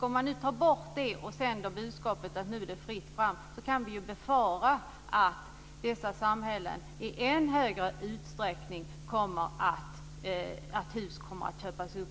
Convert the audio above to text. Om man nu tar bort det och sänder budskapet att det nu är fritt fram kan vi befara att hus i dessa samhällen i än större utsträckning kommer att köpas upp.